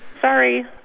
Sorry